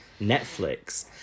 Netflix